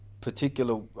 particular